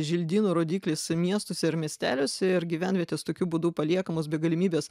želdynų rodiklis miestuose ir miesteliuose ir gyvenvietės tokiu būdu paliekamos be galimybės